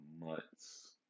months